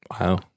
Wow